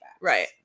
Right